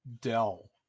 Dell